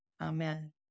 amen